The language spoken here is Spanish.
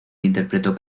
interpretó